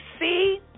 See